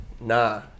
Nah